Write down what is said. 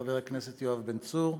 חבר הכנסת יואב בן צור,